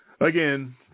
Again